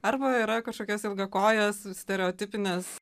arba yra kažkokios ilgakojės stereotipinės